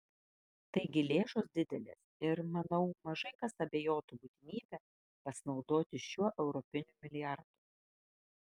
taigi lėšos didelės ir manau mažai kas abejotų būtinybe pasinaudoti šiuo europiniu milijardu